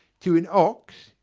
to an ox,